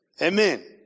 Amen